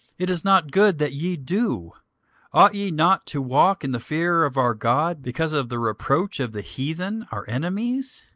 it is not good that ye do ought ye not to walk in the fear of our god because of the reproach of the heathen our enemies?